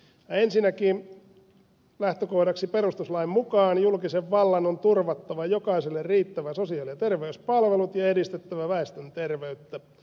ensinnäkin lähtökohdaksi perustuslain mukaan julkisen vallan on turvattava jokaiselle riittävät sosiaali ja terveyspalvelut ja edistettävä väestön terveyttä